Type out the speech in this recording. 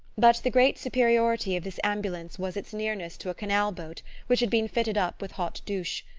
but the great superiority of this ambulance was its nearness to a canalboat which had been fitted up with hot douches.